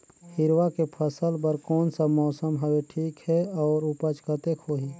हिरवा के फसल बर कोन सा मौसम हवे ठीक हे अउर ऊपज कतेक होही?